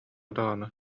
даҕаны